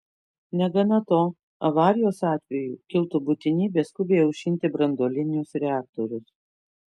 negana to avarijos atveju kiltų būtinybė skubiai aušinti branduolinius reaktorius